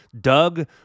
Doug